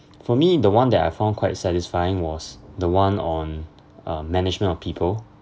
for me the one that I found quite satisfying was the one on uh management of people